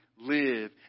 live